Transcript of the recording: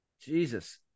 Jesus